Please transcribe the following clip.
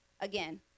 Again